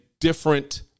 different